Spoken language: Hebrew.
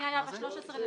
שני שהיה ב- 13 בנובמבר.